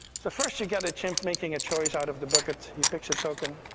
so first you get a chimp making a choice out of the bucket, he picks a token,